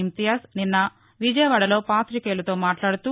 ఇంతియాజ్ నిన్న విజయవాడలో పాతికేయులతో మాట్లాడుతూ